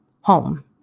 home